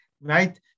right